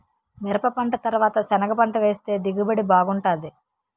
మిరపపంట తరవాత సెనగపంట వేస్తె దిగుబడి బాగుంటాది